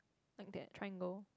like that triangle